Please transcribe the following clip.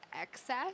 excess